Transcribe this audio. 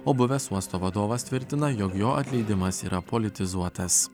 o buvęs uosto vadovas tvirtina jog jo atleidimas yra politizuotas